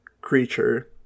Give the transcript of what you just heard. creature